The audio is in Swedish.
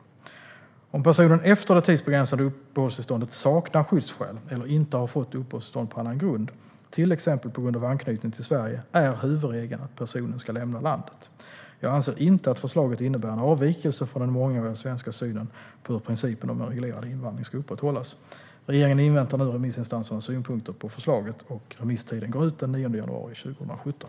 Om personen efter det tidsbegränsade uppehållstillståndet saknar skyddsskäl eller inte har fått uppehållstillstånd på annan grund, till exempel på grund av anknytningen till Sverige, är huvudregeln att personen ska lämna landet. Jag anser inte att förslaget innebär en avvikelse från den mångåriga svenska synen på hur principen om en reglerad invandring ska upprätthållas. Regeringen inväntar nu remissinstansernas synpunkter på förslaget. Remisstiden går ut den 9 januari 2017.